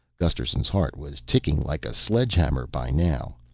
gusterson's heart was ticking like a sledgehammer by now.